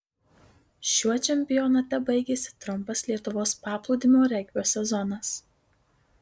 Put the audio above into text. šiuo čempionate baigėsi trumpas lietuvos paplūdimio regbio sezonas